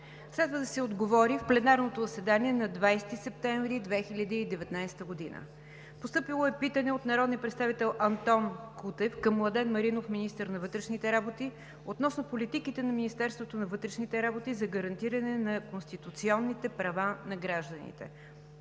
Следва да се отговори в пленарното заседание на 20 септември 2019 г.; - народния представител Антон Кутев към Младен Маринов – министър на вътрешните работи, относно политиките на Министерството на вътрешните работи за гарантиране на конституционните права на гражданите.